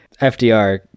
fdr